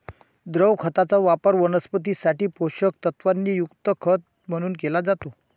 द्रव खताचा वापर वनस्पतीं साठी पोषक तत्वांनी युक्त खत म्हणून केला जातो